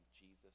Jesus